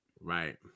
Right